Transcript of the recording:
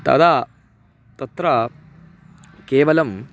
तदा तत्र केवलम्